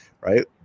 right